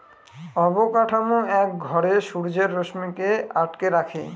অবকাঠামো এক ঘরে সূর্যের রশ্মিকে আটকে রাখে